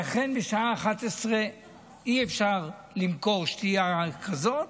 לכן בשעה 23:00 אי-אפשר למכור שתייה כזאת.